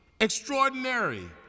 Extraordinary